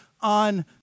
on